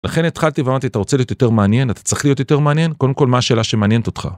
לכן התחלתי ואמרתי אתה רוצה להיות יותר מעניין אתה צריך להיות יותר מעניין קודם כל מה השאלה שמעניינת אותך